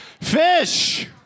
Fish